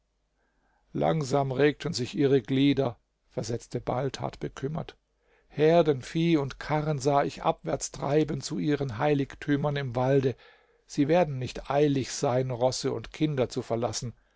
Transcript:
langsam regen sich ihre glieder versetzte baldhard bekümmert herdenvieh und karren sah ich abwärtstreiben zu ihren heiligtümern im walde sie werden nicht eilig sein rosse und kinder zu verlassen